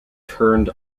turned